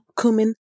cumin